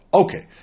okay